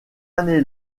année